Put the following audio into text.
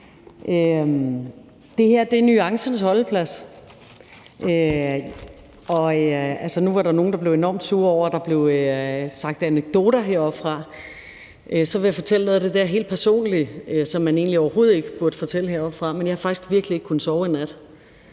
Det her er nuancernes holdeplads. Nu var der nogle, der blev enormt sure over, at der blev fortalt anekdoter heroppefra, og så vil jeg fortælle noget af det der helt personlige, som man egentlig overhovedet ikke burde fortælle heroppefra. Men jeg har faktisk virkelig ikke kunnet sove i nat,